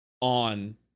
on